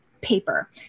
paper